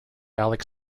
alec